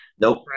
Nope